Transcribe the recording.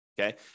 okay